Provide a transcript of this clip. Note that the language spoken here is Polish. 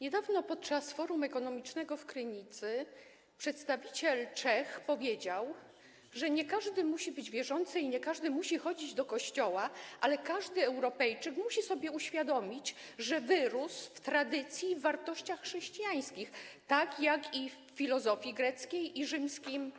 Niedawno podczas forum ekonomicznego w Krynicy przedstawiciel Czech powiedział, że nie każdy musi być wierzący i nie każdy musi chodzić do kościoła, ale każdy Europejczyk musi sobie uświadomić, że wyrósł w tradycji i na wartościach chrześcijańskich, tak jak na filozofii greckiej i prawie rzymskim.